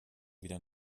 wieder